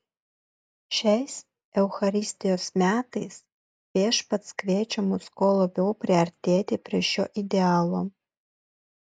šiais eucharistijos metais viešpats kviečia mus kuo labiau priartėti prie šio idealo